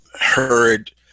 heard